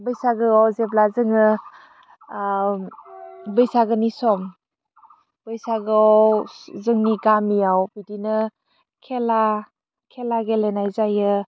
बैसागोआव जेब्ला जोङो बैसागोनि सम बैसागोआव सि जोंनि गामियाव बिदिनो खेला खेला गेलेनाय जायो